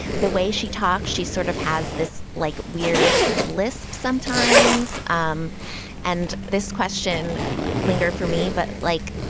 the way she talks, she sort of has this like weird lisp sometimes. um and this question linger for me. but like,